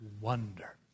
wonder